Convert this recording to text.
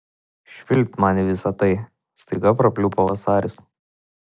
švilpt man į visa tai staiga prapliupo vasaris